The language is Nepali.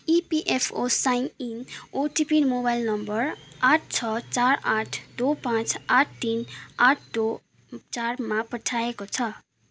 EPFO sign in OTP mobile number आठ छ चार आठ दुई पाँच आठ तिन आठ दुई चारमा पठाइएको छ